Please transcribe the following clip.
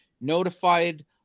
notified